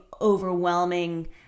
overwhelming